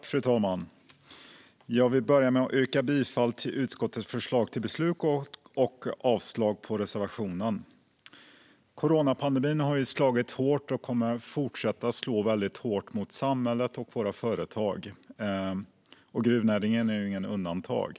Fru talman! Jag vill börja med att yrka bifall till utskottets förslag till beslut och avslag på reservationen. Coronapandemin har slagit hårt och kommer att fortsätta att slå väldigt hårt mot samhället och våra företag, och gruvnäringen är inget undantag.